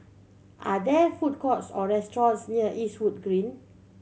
are there food courts or restaurants near Eastwood Green